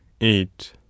eight